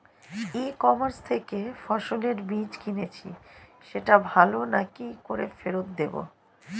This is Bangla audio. ই কমার্স থেকে ফসলের বীজ কিনেছি সেটা ভালো না কি করে ফেরত দেব?